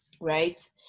right